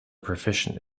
proficient